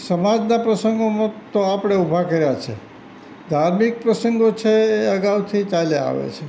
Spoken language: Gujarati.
સમાજના પ્રસંગોમાં તો આપણે ઊભા કર્યા છે ધાર્મિક પ્રસંગો છે એ અગાઉથી ચાલ્યા આવે છે